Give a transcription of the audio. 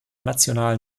national